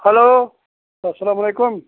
hello اسلام علیکُم